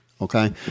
okay